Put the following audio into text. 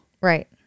Right